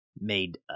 made